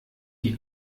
die